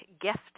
gift